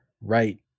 right